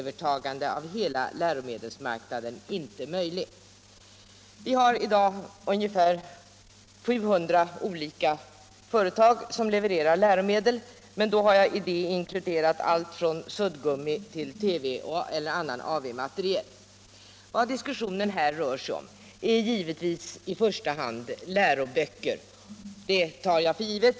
Vi har i dag ungefär 700 olika företag som levererar läromedel, men då har jag i detta inkluderat allt från suddgummi till TV — eller annan AV-materiel. Vad diskussionen här rör sig om är givetvis i första hand läroböcker — det tar jag för givet.